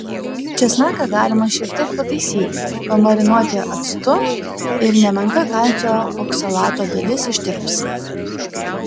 česnaką galima šiek tiek pataisyti pamarinuoti actu ir nemenka kalcio oksalato dalis ištirps